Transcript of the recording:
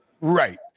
Right